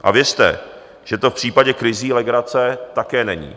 A věřte, že to v případě krizí legrace také není.